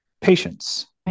patience